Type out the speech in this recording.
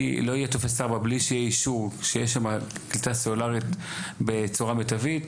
לא יהיה טופס 4 בלי שיהיה אישור שיש שם קליטה סלולרית בצורה מיטבית